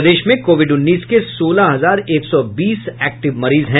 प्रदेश में कोविड उन्नीस के सोलह हजार एक सौ बीस एक्टिव मरीज हैं